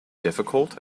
difficult